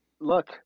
look